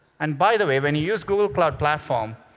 and, by the way, when you use google cloud platform,